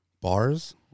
bars